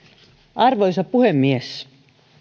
arvoisa puhemies